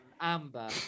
Amber